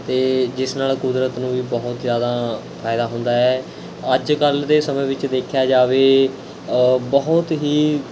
ਅਤੇ ਜਿਸ ਨਾਲ ਕੁਦਰਤ ਨੂੰ ਵੀ ਬਹੁਤ ਜ਼ਿਆਦਾ ਫਾਇਦਾ ਹੁੰਦਾ ਹੈ ਅੱਜ ਕੱਲ੍ਹ ਦੇ ਸਮੇਂ ਵਿੱਚ ਦੇਖਿਆ ਜਾਵੇ ਬਹੁਤ ਹੀ